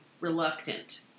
reluctant